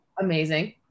amazing